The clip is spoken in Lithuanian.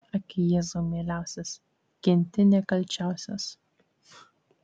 ak jėzau mieliausias kenti nekalčiausias